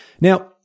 Now